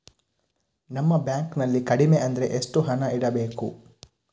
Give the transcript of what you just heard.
ನಮ್ಮ ಬ್ಯಾಂಕ್ ನಲ್ಲಿ ಕಡಿಮೆ ಅಂದ್ರೆ ಎಷ್ಟು ಹಣ ಇಡಬೇಕು?